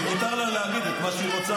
אבל מותר לה להגיד את מה שהיא רוצה,